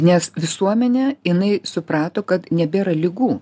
nes visuomenė jinai suprato kad nebėra ligų